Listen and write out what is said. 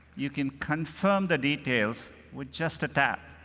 you can confirm the details with just a tap.